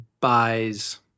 buys